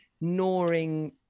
gnawing